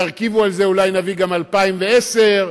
ואולי נביא גם 2012,